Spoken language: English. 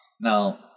now